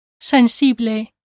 Sensible